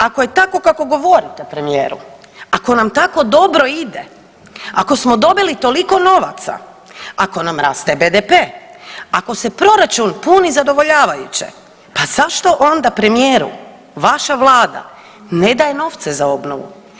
Jer ako je tako kako govorite premijeru, ako nam tako dobro ide, ako smo dobili toliko novaca, ako nam raste BDP, ako se proračun puni zadovoljavajuće, pa zašto onda premijeru vaša Vlada ne daje novce za obnovu?